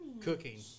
Cooking